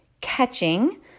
catching